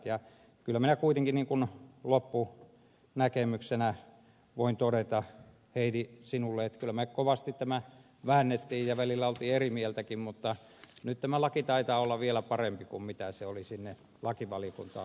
kyllä minä kuitenkin loppunäkemyksenä voin todeta heidi sinulle että kyllä me kovasti tätä väänsimme ja välillä olimme eri mieltäkin mutta nyt tämä laki taitaa olla vielä parempi kuin se oli sinne lakivaliokuntaan tullessaan